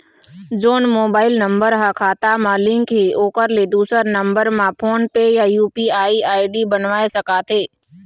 जोन mobile number हा खाता मा लिन्क हे ओकर ले दुसर नंबर मा फोन पे या यू.पी.आई आई.डी बनवाए सका थे?